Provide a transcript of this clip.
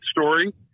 story